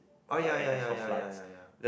oh ya ya ya ya ya ya ya ya